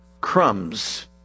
crumbs